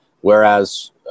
whereas